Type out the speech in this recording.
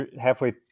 halfway